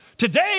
Today